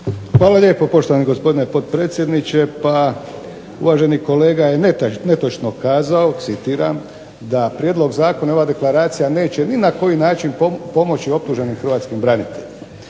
Hvala lijepo poštovani gospodine potpredsjedniče. Pa uvaženi kolega je netočno kazao, citiram da prijedlog zakona i ova deklaracija neće ni na koji način pomoći optuženim hrvatskim braniteljima.